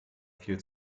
viel